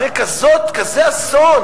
אחרי כזה אסון,